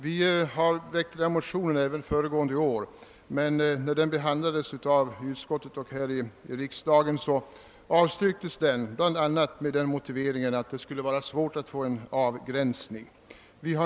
Vi väckte motioner av samma innehåll också föregående år. Motionerna avstyrktes då av utskottet bland annat med den motiveringen att det skulle vara svårt att här göra en avgränsning, och riksdagen avslog motionerna.